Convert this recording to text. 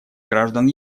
граждан